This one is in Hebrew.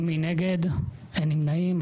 הצבעה אופיר כץ נבחר כיו"ר ועדת הכנסת.